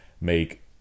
make